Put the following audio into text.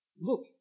Look